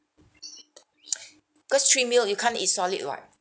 first three meal you can't eat solid [what]